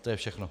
To je všechno.